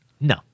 No